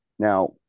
Now